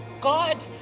God